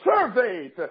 surveyed